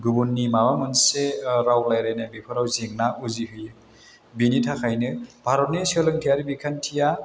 गुबुननि माबा मोनसे राव रायलायनाय बेफोराव जेंना उजिहोयो बिनि थाखायनो भारतनि सोलोंथाइयारि बिखान्थिया